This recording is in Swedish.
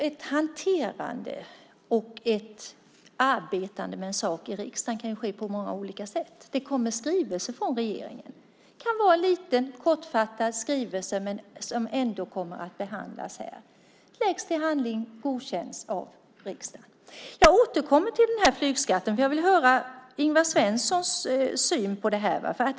Fru talman! Arbetet med en sak i riksdagen kan ske på väldigt många olika sätt. Det kommer skrivelser från regeringen. Det kan vara en liten, kortfattad skrivelse som ändå kommer att behandlas här. Den godkänns av riksdagen och läggs till handlingarna. Jag återkommer till frågan om flygskatten, för jag vill höra Ingvar Svenssons syn på detta.